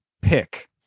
pick